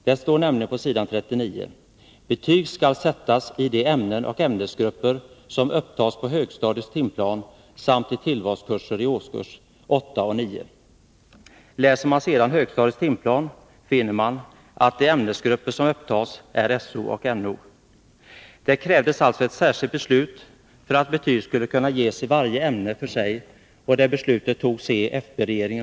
Där står nämligen på s. 39: Läser man sedan högstadiets timplan finner man att de ämnesgrupper som 26 oktober 1982 upptas är So och No. Det krävdes alltså ett särskilt beslut för att betyg skulle kunna ges i varje Om skolbetygen ämne för sig, och det beslutet fattade också c-fp-regeringen.